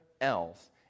else